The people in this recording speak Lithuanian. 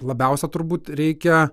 labiausia turbūt reikia